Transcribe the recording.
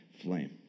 flame